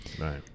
right